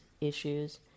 issues